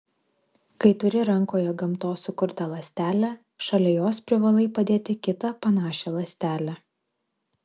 kai turi rankoje gamtos sukurtą ląstelę šalia jos privalai padėti kitą panašią ląstelę